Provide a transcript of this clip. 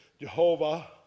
Jehovah